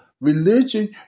religion